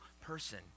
person